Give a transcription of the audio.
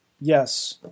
Yes